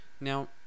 Now